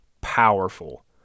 powerful